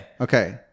Okay